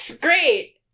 Great